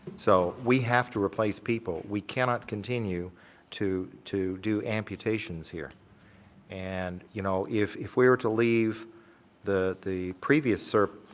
so we have to replace people, we cannot continue to to do amputations here and you know, if if we're to leave the the previous srp.